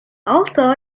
also